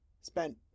spent